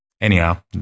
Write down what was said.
anyhow